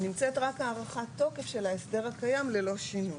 נמצאת רק הארכת תוקף של ההסדר הקיים, ללא שינוי.